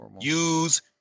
use